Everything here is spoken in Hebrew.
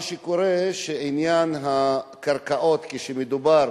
מה שקורה בעניין הקרקעות, כשמדובר